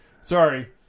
Sorry